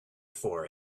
for